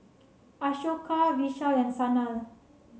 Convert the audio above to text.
Ashoka Vishal and Sanal